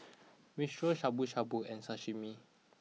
Minestrone Shabu Shabu and Sashimi